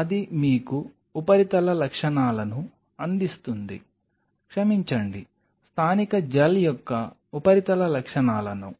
అది మీకు ఉపరితల లక్షణాలను అందిస్తుంది క్షమించండి స్థానిక జెల్ యొక్క ఉపరితల లక్షణాలను